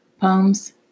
poems